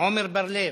עמר בר-לב,